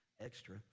extra